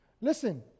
Listen